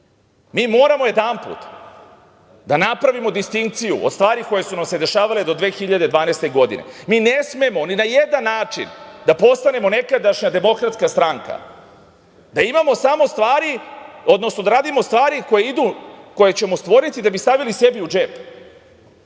moramo jedanput da napravimo distinkciju od stvari koje su nam se dešavale do 2012. godine. Mi ne smemo ni na jedan način da postanemo nekadašnja Demokratska stranka, da radimo samo stvari koje ćemo stvoriti da bi stavili sebi u džep.